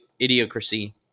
idiocracy